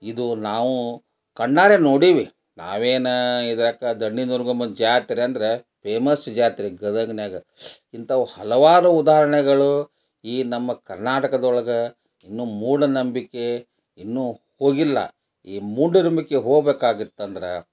ಇದು ನಾವು ಕಣ್ಣಾರೆ ನೋಡೀವಿ ನಾವೇನು ಇದು ಕ ದಂಡಿನ ದುರ್ಗಮ್ಮನ ಜಾತ್ರೆ ಅಂದ್ರೆ ಫೇಮಸ್ ಜಾತ್ರೆ ಗದಗಿನಾಗ ಇಂಥವು ಹಲವಾರು ಉದಾಹರಣೆಗಳು ಈ ನಮ್ಮ ಕರ್ನಾಟಕದೊಳ್ಗೆ ಇನ್ನೂ ಮೂಢನಂಬಿಕೆ ಇನ್ನೂ ಹೋಗಿಲ್ಲ ಈ ಮೂಢನಂಬಿಕೆ ಹೋಗ್ಬೇಕಾಗತ್ತಂದ್ರೆ